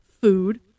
food